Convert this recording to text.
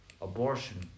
Abortion